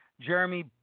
Jeremy